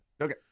okay